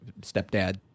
stepdad